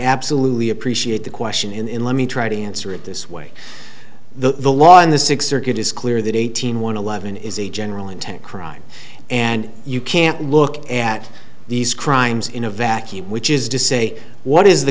absolutely appreciate the question in let me try to answer it this way though the law in the six circuit is clear that eighteen one eleven is a general intent crime and you can't look at these crimes in a vacuum which is to say what is the